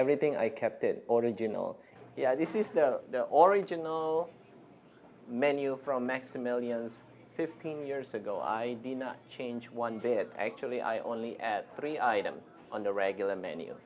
everything i kept it or did you know this is the origin no menu from maximillian fifteen years ago i did not change one bit actually i only had three items on the regular menu